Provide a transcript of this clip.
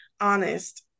honest